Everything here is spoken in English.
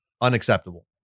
unacceptable